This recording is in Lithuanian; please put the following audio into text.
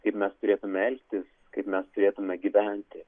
kaip mes turėtume elgtis kaip mes turėtume gyventi